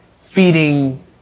feeding